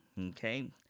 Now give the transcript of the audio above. Okay